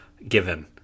Given